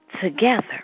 together